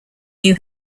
new